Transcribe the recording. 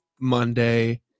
Monday